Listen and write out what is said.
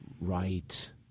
Right